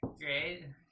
Great